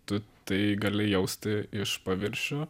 tu tai gali jausti iš paviršių